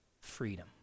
freedom